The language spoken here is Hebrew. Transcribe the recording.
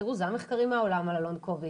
תראו זה המחקרים מהעולם על הלונג קוביד,